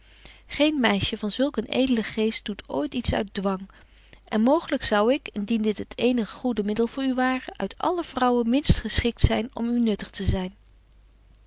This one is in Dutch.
geen meisje van zulk een edelen geest doet ooit iets uit dwang en mooglyk zou ik indien dit het eenig goede middel voor u ware uit alle vrouwen minst geschikt zyn om u nuttig te zyn